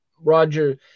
Roger